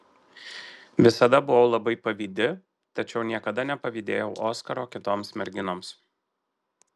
visada buvau labai pavydi tačiau niekada nepavydėjau oskaro kitoms merginoms